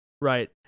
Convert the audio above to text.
Right